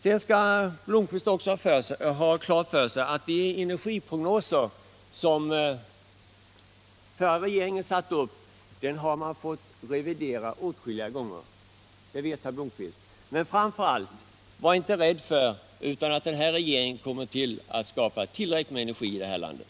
Sedan skall herr Blomkvist också ha klart för sig att de energiprognoser som den förra regeringen gjorde har måst revideras åtskilliga gånger. Och det vet också herr Blomkvist. Framför allt: Var inte rädd, den här regeringen kommer att skapa tillräckligt med energi i det här landet!